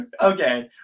Okay